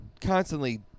constantly